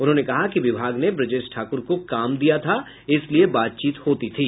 उन्होंने कहा कि विभाग ने ब्रजेश ठाक्र को काम दिया था इसलिए बातचीत होती थी